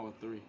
three